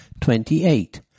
Twenty-eight